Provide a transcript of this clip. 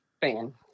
fan